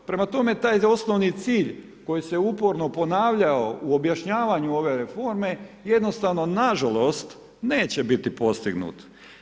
Prema tome, taj osnovni cilj koji se uporno ponavljao u objašnjavanju ove reforme, jednostavno, nažalost, neće biti postignut.